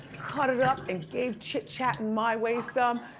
cut it up and gave chit chat and my way some.